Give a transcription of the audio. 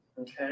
Okay